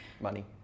Money